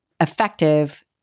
effective